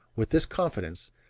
with this confidence,